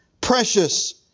precious